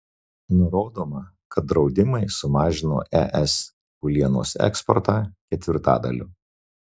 nurodoma kad draudimai sumažino es kiaulienos eksportą ketvirtadaliu